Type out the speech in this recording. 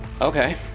Okay